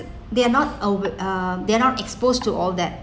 they are not ov~ uh they are not exposed to all that